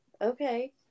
okay